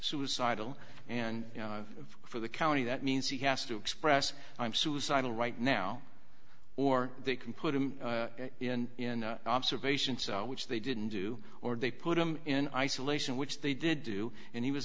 suicidal and you know for the county that means he has to express i'm suicidal right now or they can put him in observation cell which they didn't do or they put him in isolation which they did do and he was